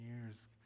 years